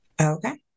Okay